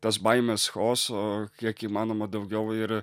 tas baimes chaoso kiek įmanoma daugiau ir